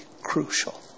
crucial